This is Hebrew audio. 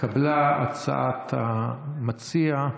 התקבלה הצעת המציע,